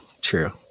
true